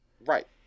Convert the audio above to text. Right